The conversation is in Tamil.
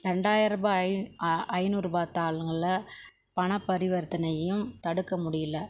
ரெண்டாயிரம் ரூபாய் ஐ ஐந்நூறுரூபா தாளுங்களில் பணப்பரிவர்த்தனையும் தடுக்க முடியல